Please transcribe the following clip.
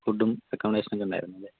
ഫുഡും അക്കോമഡേഷന്നൊക്കെ ഉണ്ടായിരുന്നു അല്ലേ